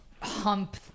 hump